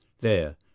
There